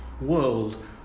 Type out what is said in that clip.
world